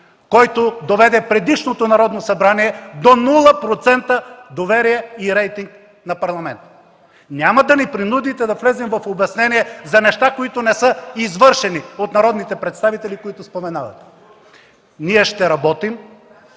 който доведе предишното Народно събрание до нула процента доверие и рейтинг на Парламента. Няма да ни принудите да влезем в обяснения за неща, които не са извършени от народните представители, които споменавате. Ние ще работим,